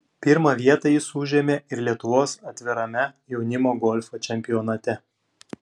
pirmą vietą jis užėmė ir lietuvos atvirame jaunimo golfo čempionate